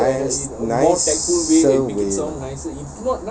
nice nicer way lah